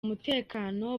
umutekano